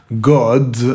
God